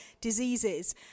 diseases